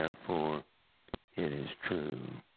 therefore it is true.